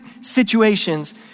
situations